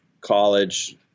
college